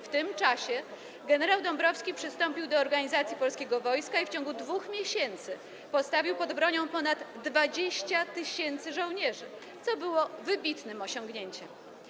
W tym czasie gen. Dąbrowski przystąpił do organizacji polskiego wojska i w ciągu 2 miesięcy postawił pod bronią ponad 20 tys. żołnierzy, co było wybitnym osiągnięciem.